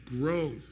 grow